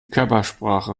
körpersprache